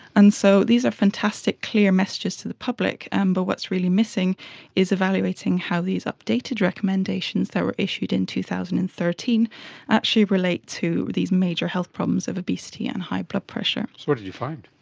and so these are fantastic clear messages to the public. and but what's really missing is evaluating how are these updated recommendations that were issued in two thousand and thirteen actually relate to these major health problems of obesity and high blood pressure. so what did you find?